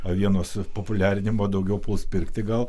avienos populiarinimo daugiau puls pirkti gal